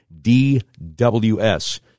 DWS